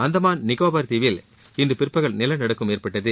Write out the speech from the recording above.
அந்தமான் நிக்கோபார் தீவில் இன்று பிற்பகல் நிலநடுக்கம் ஏற்பட்டது